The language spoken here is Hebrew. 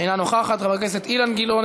חברת הכנסת זהבה גלאון,